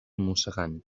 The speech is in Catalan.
mossegant